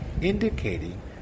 indicating